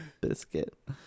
biscuit